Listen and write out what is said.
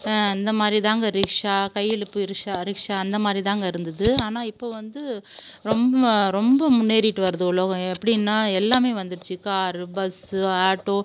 இந்தமாதிரி தாங்க ரிக்ஷா கையிழுப்பு ரிஷ்ஷா ரிக்ஷா அந்தமாதிரி தாங்க இருந்தது ஆனால் இப்போது வந்து ரொம் ரொம்ப முன்னேறிகிட்டு வருது உலகம் எப்படின்னா எல்லாமே வந்துடுச்சு காரு பஸ்ஸு ஆட்டோ